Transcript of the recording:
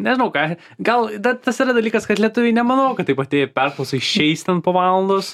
nežinau ką gal dar tas yra dalykas kad lietuviai nemanau kad taip atėję į perklausą išeis ten po valandos